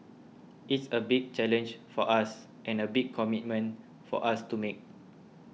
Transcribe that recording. it is a big challenge for us and a big commitment for us to make